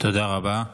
תודה רבה.